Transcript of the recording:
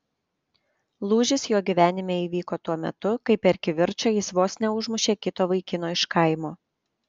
lūžis jo gyvenime įvyko tuo metu kai per kivirčą jis vos neužmušė kito vaikino iš kaimo